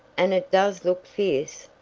and it does look fierce!